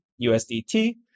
usdt